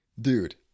Dude